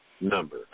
number